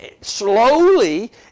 slowly